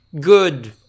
good